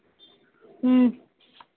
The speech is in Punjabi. ਹਮ